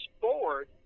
forward